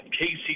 Casey